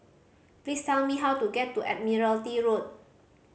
please tell me how to get to Admiralty Road